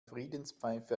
friedenspfeife